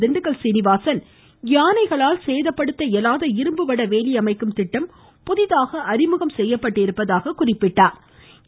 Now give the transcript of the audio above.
திண்டுக்கல் சீனிவாஸன் யானைகளால் சேதப்படுத்த இயலாத இரும்பு வட வேலி அமைக்கும் திட்டம் புதிதாக அறிமுகம் செய்யப்பட்டுள்ளது என்றார்